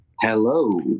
Hello